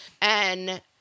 And-